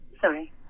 Sorry